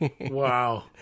Wow